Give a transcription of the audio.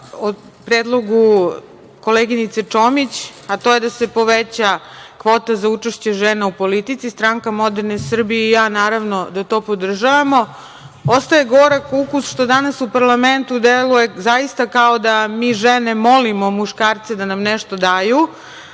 o predlogu koleginice Čomić, a to je da se poveća kvota za učešće žena u politici, SMS i ja naravno da to podržavamo. Ostaje gorak ukus što danas u parlamentu deluje zaista kao da mi žene molimo muškarce da nam nešto daju.